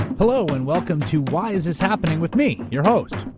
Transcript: hello and welcome to why is this happening? with me, your host,